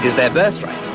their birthright.